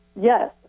yes